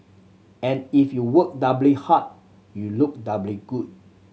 and if you work doubly hard you look doubly good